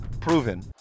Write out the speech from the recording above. proven